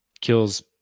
kills